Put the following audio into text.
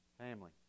family